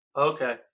Okay